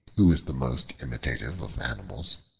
who is the most imitative of animals,